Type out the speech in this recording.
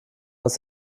aus